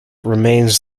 remains